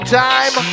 time